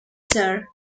sir